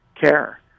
care